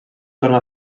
tornar